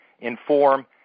inform